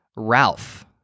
Ralph